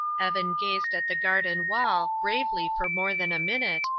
evan gazed at the garden wall, gravely for more than a minute,